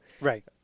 Right